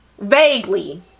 vaguely